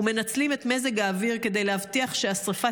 ומנצלים את מזג האוויר כדי להבטיח שהשרפה